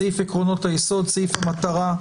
סעיף עקרונות היסוד, סעיף המטרה,